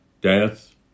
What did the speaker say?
death